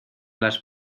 las